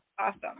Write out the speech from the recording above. awesome